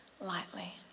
lightly